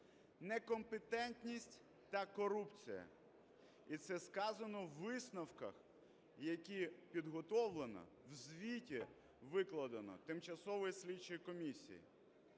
некомпетентність та корупція. І це сказано у висновках, які підготовлені в звіті, викладені, тимчасової слідчої комісії.